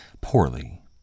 poorly